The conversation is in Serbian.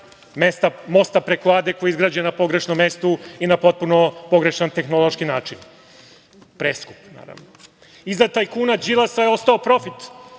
Mosta preko Ade koji je izgrađen na pogrešnom mestu i na potpuno pogrešan tehnološki način, preskup, naravno. Iza tajkuna Đilasa je ostao profit